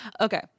Okay